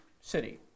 city